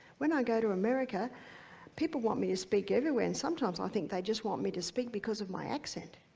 when i go to america people want me to speak everywhere, and, sometimes, i think they just want me to speak because of my accent.